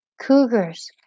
cougars